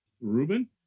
Ruben